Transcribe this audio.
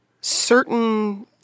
certain